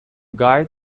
guy